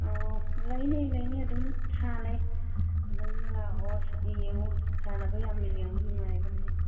ꯑꯧ ꯂꯩꯅꯤ ꯂꯩꯅꯤ ꯑꯗꯨꯝ ꯁꯥꯟꯅꯩ ꯑꯗꯨꯝ ꯂꯥꯛꯑꯣ ꯌꯦꯡꯎ ꯁꯥꯟꯅꯕ ꯌꯥꯝ ꯌꯦꯡꯕ ꯅꯨꯡꯉꯥꯏꯕꯅꯤ